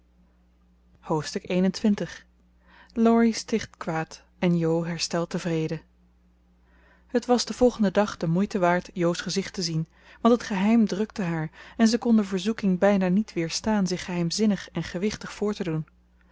hoofdstuk xxi laurie sticht kwaad en jo herstelt den vrede het was den volgenden dag de moeite waard jo's gezicht te zien want het geheim drukte haar en ze kon de verzoeking bijna niet weerstaan zich geheimzinnig en gewichtig voor te doen